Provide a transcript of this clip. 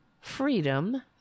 freedom